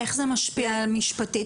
איך זה משפיע משפטית?